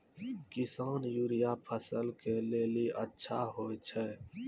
किसान यूरिया फसल के लेली अच्छा होय छै?